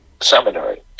Seminary